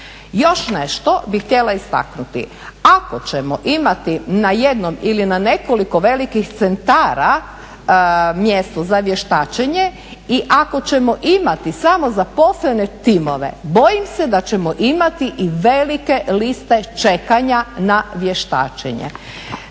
Još nešto bih htjela istaknuti. Ako ćemo imati na jednom ili na nekoliko velikih centara mjesto za vještačenje i ako ćemo imati samo zaposlene timove bojim se da ćemo imati i velike liste čekanja na vještačenje.